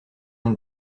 dans